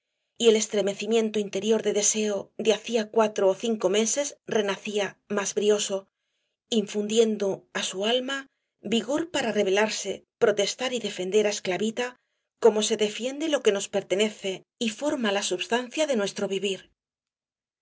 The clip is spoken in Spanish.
y el estremecimiento interior de deseo de hacía cuatro ó cinco meses renacía más brioso infundiendo á su alma vigor para rebelarse protestar y defender á la esclavita como se defiende lo que nos pertenece y forma la substancia de nuestro vivir